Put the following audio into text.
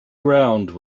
ground